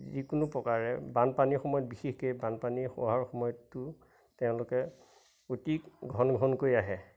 যিকোনো প্ৰকাৰে বানপানীৰ সময়ত বিশেষকৈ বানপানী হোৱাৰ সময়তো তেওঁলোকে অতি ঘন ঘনকৈ আহে